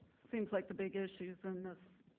seems like the big issues in this,